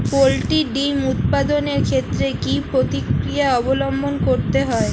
Poultry ডিম উৎপাদনের ক্ষেত্রে কি পক্রিয়া অবলম্বন করতে হয়?